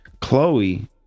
Chloe